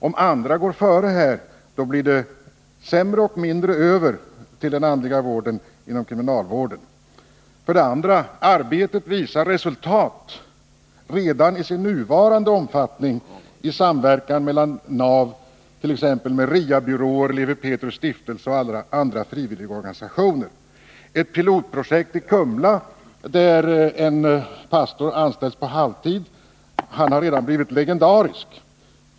Om andra går före här, så blir det mindre över till den andliga vården inom kriminalvården. Dessutom visar arbetet resultat redan i sin nuvarande omfattning som sker i samverkan mellan NAV och t.ex. Ria-byråer, Lewi Pethrus” stiftelse och andra frivilligorganisationer. Dessutom kan jag peka på ett pilotprojekt i Kumla, där en pastor anställts på halvtid. Han har redan blivit legendarisk.